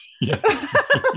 Yes